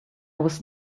was